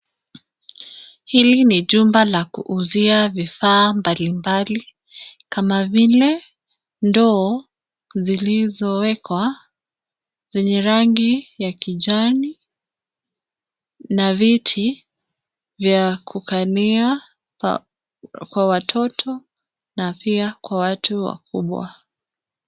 Hili ni jumba la kuuzia vifaa mbalimbali, kama vile, ndoo, zilizowekwa, zenye rangi, ya kijani, na viti, vya kukalia, kwa watoto, na pia kwa watu wakubwa.